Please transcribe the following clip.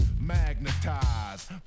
Magnetized